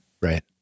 Right